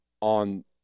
on